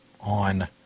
on